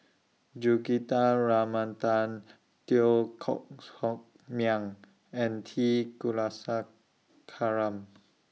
Juthika Ramanathan Teo Koh Sock Miang and T Kulasekaram